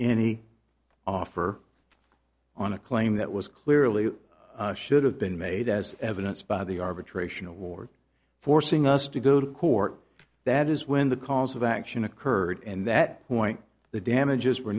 any offer on a claim that was clearly should have been made as evidence by the arbitration award forcing us to go to court that is when the cause of action occurred and that point the damages were